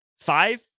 five